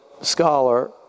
scholar